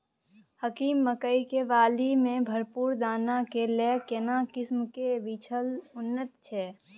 हाकीम मकई के बाली में भरपूर दाना के लेल केना किस्म के बिछन उन्नत छैय?